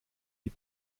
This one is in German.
die